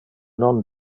non